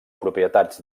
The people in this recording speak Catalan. propietats